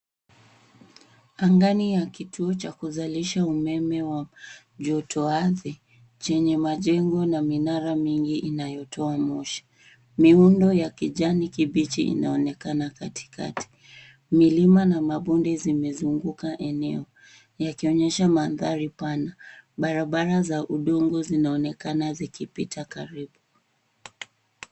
Angani ya kituo cha kuzalisha umeme wa joto ardhi chenye majengo na minara mingi inayotoa moshi. Miundo ya kijani kibichi inaonekana katikati, milima na mabonde zimezuguka eneo yakionyesha mandhari pana. Barabara za udongo zinaonekana zikipita karibu.